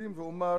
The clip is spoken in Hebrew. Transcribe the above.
אקדים ואומר